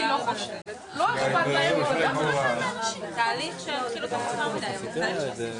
למתאן יש אפקט חימום של פי 84% יותר מפחמן דו חמצני.